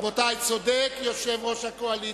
רבותי, צודק יושב-ראש הקואליציה.